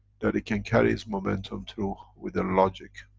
that it can carry its momentum through with a logic.